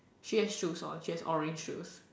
she has shoes on she has orange shoes